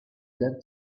dead